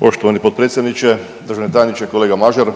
Poštovani potpredsjedniče, državni tajniče. Kolega Mažar,